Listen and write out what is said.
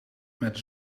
met